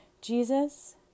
Jesus